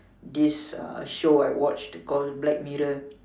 this uh show I watched called black-mirror